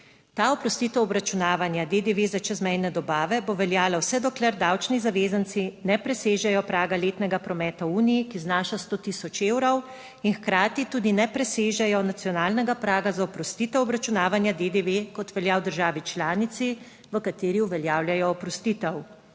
Ta oprostitev obračunavanja DDV za čezmejne dobave bo veljala vse dokler davčni zavezanci ne presežejo praga letnega prometa v Uniji, ki znaša 100 tisoč evrov, in hkrati tudi ne presežejo nacionalnega praga za oprostitev obračunavanja DDV, kot velja v državi članici. V kateri uveljavljajo oprostitev.